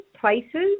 places